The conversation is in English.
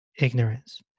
ignorance